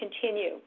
continue